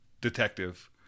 detective